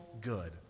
good